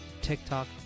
TikTok